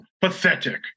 Pathetic